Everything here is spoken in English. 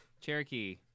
Cherokee